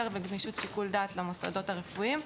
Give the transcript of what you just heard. וגמישות שיקול דעת למוסדות הרפואיים,